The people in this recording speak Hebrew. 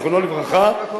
זיכרונו לברכה.